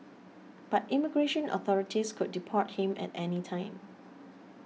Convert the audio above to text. but immigration authorities could deport him at any time